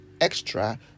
extra